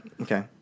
Okay